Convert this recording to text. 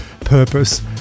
purpose